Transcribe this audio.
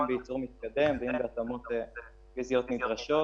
אם בייצור מתקדם ואם בהתאמות פיזיות נדרשות,